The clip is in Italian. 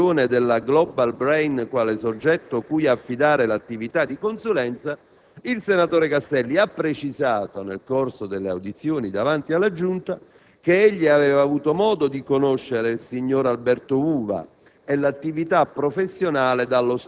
Quanto poi all'individuazione della *Global Brain* quale soggetto cui affidare l'attività di consulenza, il senatore Castelli ha precisato, nel corso delle audizioni davanti alla Giunta, che egli aveva avuto modo di conoscere il signor Alberto Uva